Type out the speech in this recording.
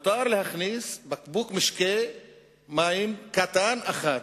מותר להכניס בקבוק מים קטן אחד,